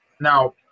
now